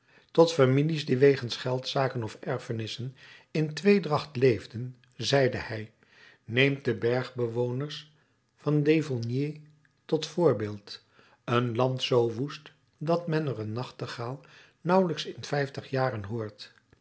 tot families die wegens geldzaken of erfenissen in tweedracht leefden zeide hij neemt de bergbewoners van devolny tot voorbeeld een land zoo woest dat men er een nachtegaal nauwelijks in vijftig jaren